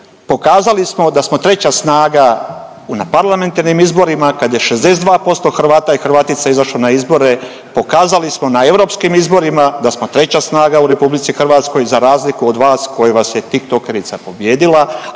pokazali smo da smo treća snaga na parlamentarnim izborima kad je 62% Hrvata i Hrvatica izašlo na izbore. Pokazali smo na europskim izborima da smo treća snaga u RH za razliku od vas koje vas je tiktokerica pobijedila,